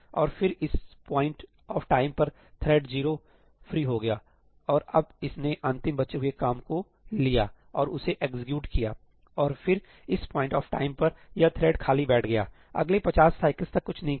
और फिर इस पॉइंट ऑफ टाइम पर थ्रेड जीरो फ्री हो गया और अब इसने अंतिम बचे हुए काम को लिया और उसे एग्जीक्यूट किया और फिर इस पॉइंट ऑफ टाइम पर यह थ्रेड खाली बैठ गया अगले 50 साइकिलस तक कुछ नहीं किया